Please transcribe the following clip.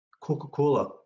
Coca-Cola